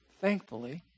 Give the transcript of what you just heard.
Thankfully